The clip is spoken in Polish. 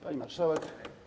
Pani Marszałek!